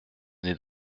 n’est